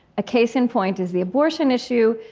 a case in point is the abortion issue.